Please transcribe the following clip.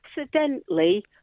accidentally